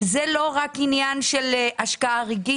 זה לא רק עניין של השקעה רגעית.